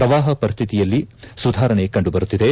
ಪ್ರವಾಹ ಪರಿಸ್ಹಿತಿಯಲ್ಲಿ ಸುಧಾರಣೆ ಕಂಡುಬರುತ್ತಿದೆ